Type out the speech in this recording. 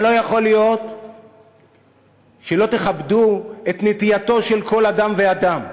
אבל לא יכול להיות שלא תכבדו את נטייתו של כל אדם ואדם.